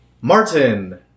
Martin